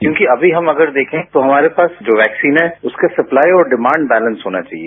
क्योंकि अभी अगर हम देखें तो हमारे जो वैक्सीन है उसका सप्लाई और डिमांड बेलेंस होना चाहिए